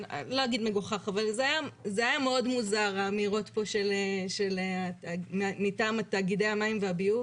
לא אגיד מגוחך אבל זה היה מאוד מוזה האמירות מטעם תאגידי המים והביוב,